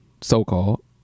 so-called